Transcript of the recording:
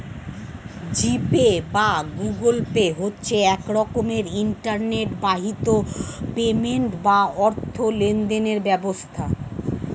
জি pay বা Google pay হচ্ছে এক রকমের ইন্টারনেট বাহিত পেমেন্ট বা অর্থ লেনদেনের ব্যবস্থা